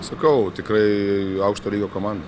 sakau tikrai aukšto lygio komanda